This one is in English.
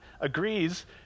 agrees